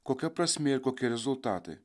kokia prasmė ir kokie rezultatai